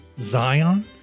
Zion